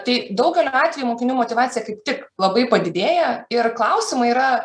tai daugeliu atvejų mokinių motyvacija kaip tik labai padidėja ir klausimai yra